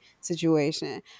situation